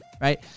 right